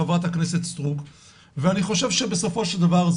חה"כ סטרוק ואני חושב שבסופו של דבר,